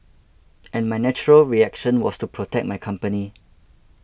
and my natural reaction was to protect my company